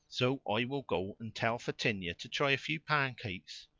so i will go and tell fetinia to try a few pancakes.